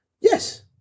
Yes